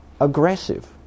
aggressive